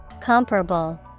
Comparable